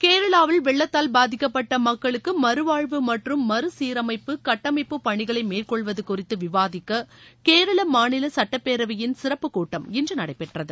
கேரளாவில் வெள்ளத்தால் பாதிக்கப்பட்ட மக்களுக்கு மறுவாழ்வு மற்றும் மறு சீரமைப்பு கட்டமைப்பு பணிகளை மேற்கொள்வது குறித்து விவாதிக்க கேரள மாநில சட்டப்பேரவையின் சிறப்பு கூட்டம் இன்று நடைபெற்றது